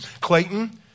Clayton